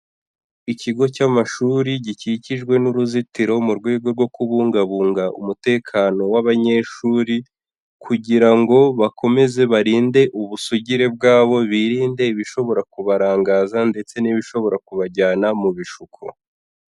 Ikigo cy'amashuri gikikijwe n'uruzitiro mu rwego rwo kubungabunga umutekano w'abanyeshuri kugira ngo bakomeze barinde ubusugire bwabo, biririnde ibishobora kubarangaza ndetse n'ibishobora kubajyana mu bishuko.